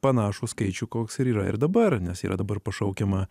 panašų skaičių koks ir yra ir dabar nes yra dabar pašaukiama